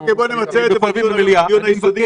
אוקיי, נמצה את זה בדיון יסודי יותר.